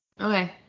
okay